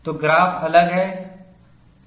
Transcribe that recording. तो ग्राफ अलग है